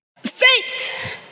Faith